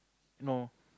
no